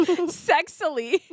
Sexily